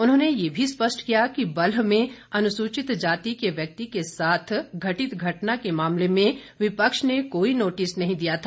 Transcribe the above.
उन्होंने यह भी स्पष्ट किया कि बल्ह में अनुसूचित जाति के व्यक्ति के साथ घटित घटना के मामले में विपक्ष ने कोई नोटिस नहीं दिया था